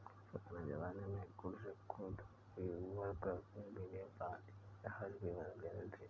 पुराने ज़माने में गुड्स को डिलीवर करने के लिए पानी के जहाज की मदद लेते थे